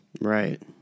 Right